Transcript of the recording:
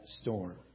storm